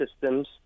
systems